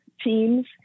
teams